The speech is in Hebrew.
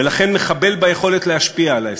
ולכן מחבל ביכולת להשפיע על ההסכם.